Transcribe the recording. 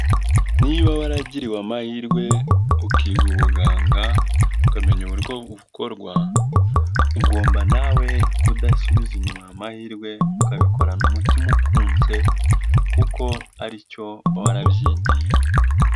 Niba waragiriwe amahirwe ukiga ubuganga ukamenya uburyo bukorwa ugomba nawe kudasubiza inyuma amahirwe ukabikorana umutima ukunze kuko aricyo uba warabyigiye.